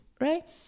right